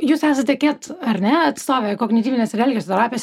jūs esate ket ar ne atstovė kognityvinės ir elgesio terapijos